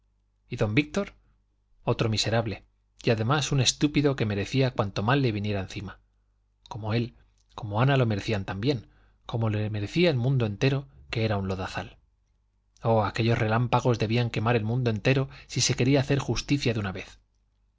y don víctor otro miserable y además un estúpido que merecía cuanto mal le viniera encima como él como ana lo merecían también como lo merecía el mundo entero que era un lodazal oh aquellos relámpagos debían quemar el mundo entero si se quería hacer justicia de una vez